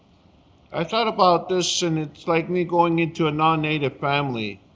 i thought about this, and it's like me going into a non-native family